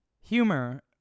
humor